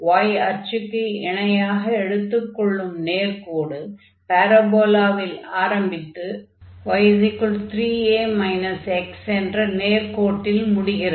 y அச்சுக்கு இணையாக எடுத்துக் கொள்ளும் நேர்க்கோடு பாரபோலாவில் ஆரம்பித்து y3a x என்ற நேர்க்கோட்டில் முடிகிறது